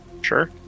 Sure